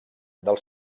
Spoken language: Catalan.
del